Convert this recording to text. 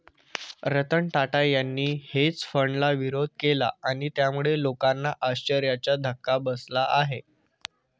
रतन टाटा यांनी हेज फंडाला विरोध केला आणि त्यामुळे लोकांना आश्चर्याचा धक्का बसला आहे